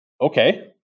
Okay